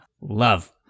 love